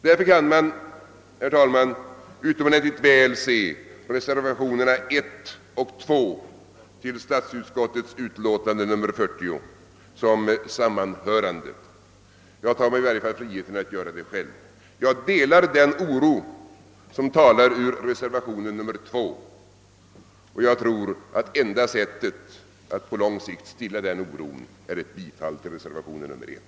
Därför kan man, herr talman, utomordentligt väl se reservationerna 1 och 2 till statsutskottets utlåtande nr 4 som sammanhängande. Jag delar den oro som talar ur reservation 2, och jag tror, att enda sättet att på lång sikt kunna stilla den oron är genom ett bifall till reservationen 1.